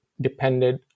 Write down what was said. depended